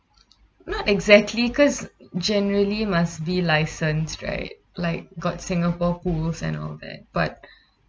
not exactly because generally must be licensed right like got Singapore Pools and all that but